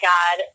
God